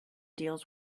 deals